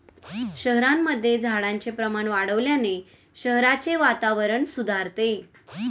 शहरांमध्ये झाडांचे प्रमाण वाढवल्याने शहराचे वातावरण सुधारते